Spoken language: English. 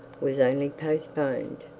was only postponed.